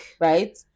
right